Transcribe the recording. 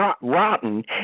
rotten